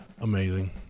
amazing